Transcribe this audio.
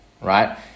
right